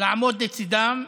לעמוד לצידם.